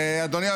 אדוני.